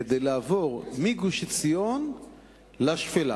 כדי לעבור מגוש-עציון לשפלה.